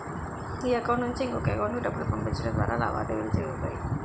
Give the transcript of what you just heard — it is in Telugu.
ఈ అకౌంట్ నుంచి ఇంకొక ఎకౌంటుకు డబ్బులు పంపించడం ద్వారా లావాదేవీలు జరుగుతాయి